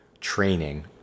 training